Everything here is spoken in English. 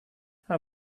how